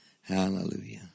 hallelujah